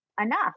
enough